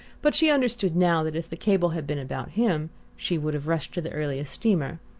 but she understood now that if the cable had been about him she would have rushed to the earliest steamer.